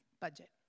budget